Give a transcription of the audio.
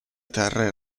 terre